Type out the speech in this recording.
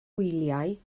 wyliau